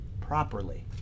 properly